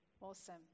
Awesome